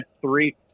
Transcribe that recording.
three